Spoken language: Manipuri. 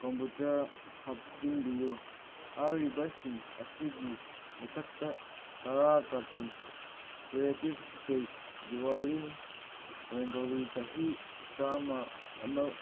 ꯀꯣꯝꯕꯣꯆꯥ ꯍꯥꯞꯆꯤꯟꯕꯤꯌꯨ ꯍꯥꯏꯔꯤꯕꯁꯤꯡ ꯑꯁꯤꯒꯤ ꯃꯊꯛꯇ ꯇꯔꯥ cartoon creative space Diwali rangoli ꯆꯍꯤ ꯆꯥꯝꯃ ꯑꯦꯝ ꯃꯦꯜ